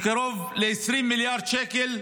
קרוב ל-20 מיליארד שקל,